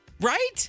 right